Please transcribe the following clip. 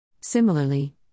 Similarly